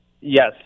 Yes